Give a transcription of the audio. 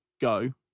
go